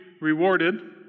rewarded